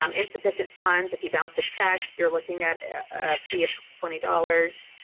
um insufficient funds, if you bounced a check, you're looking at a fee of twenty dollars.